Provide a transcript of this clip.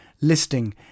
listing